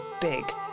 big